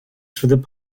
through